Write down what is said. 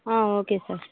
okay sir